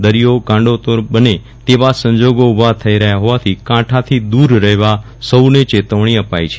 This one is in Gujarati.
દરિયો ગાંડોતૂર બને તેવા સંજોગ ઉભા થઇ રહ્યા હોવાથી કાંઠાથી દૂર રહેવા સૌને ચેતવણી અપાઇ છે